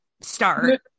start